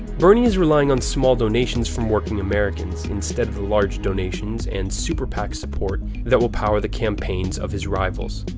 bernie is relying on small donations from working americans, instead of the large donations and super pac support that will power the campaigns of his rivals.